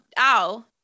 ow